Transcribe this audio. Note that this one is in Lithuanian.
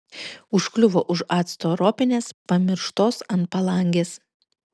užkliuvo už acto ropinės pamirštos ant palangės